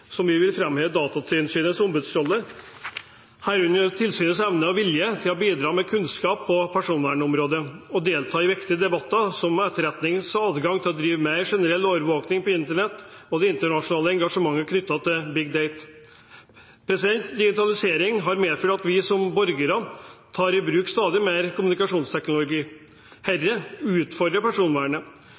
Vi vil framheve Datatilsynets ombudsrolle, herunder tilsynets evne og vilje til å bidra med kunnskap på personvernområdet og delta i viktige debatter, f.eks. om etterretningens adgang til å drive mer generell overvåking på Internett og det internasjonale engasjementet knyttet til «Big data». Digitaliseringen har medført at vi som borgere tar i bruk stadig mer kommunikasjonsteknologi. Dette utfordrer personvernet.